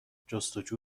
جستوجو